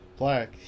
black